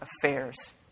affairs